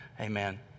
Amen